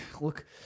Look